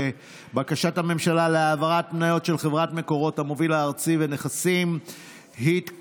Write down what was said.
בקשת הממשלה להעברת מניות של חברת מקורות המוביל הארצי ונכסים התקבלה.